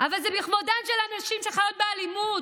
אבל זה לכבודן של הנשים שחיות באלימות,